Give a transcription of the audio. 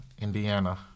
Indiana